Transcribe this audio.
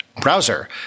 browser